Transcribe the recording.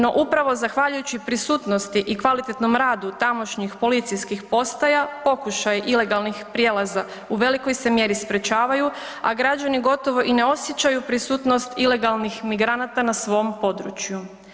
No, upravo zahvaljujući prisutnosti i kvalitetnom radu tamošnjih policijskih postaja pokušaj ilegalnih prijelaza u velikoj se mjeri sprječavaju, a građani gotovo i ne osjećaju prisutnost ilegalnih migranata na svom području.